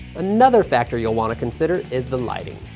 another factor you'll want to consider is the lighting.